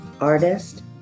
artist